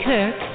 Kirk